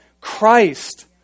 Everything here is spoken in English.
Christ